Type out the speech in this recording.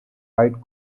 white